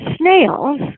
snails